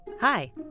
Hi